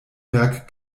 werk